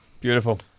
Beautiful